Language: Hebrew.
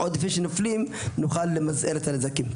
לזמן שלפני שנופלים נוכל למזער את הנזקים.